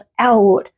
out